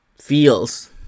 feels